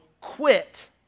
quit